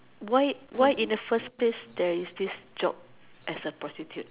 why why in the first place there is this job as a prostitute